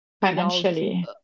financially